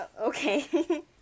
okay